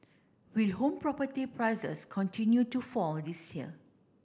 will home property prices continue to fall this year